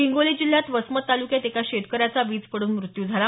हिंगोली जिल्ह्यात वसमत तालुक्यात एका शेतकऱ्याचा वीज पडून मृत्यू झाला